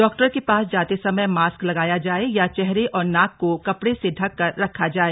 doctor के पास जाते समय मास्क लगाया जाए या चेहरे और नाक को कपड़े से ढक कर रखा जाए